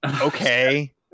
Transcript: Okay